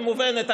היא מובנת,